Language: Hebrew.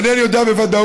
אינני יודע בוודאות,